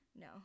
No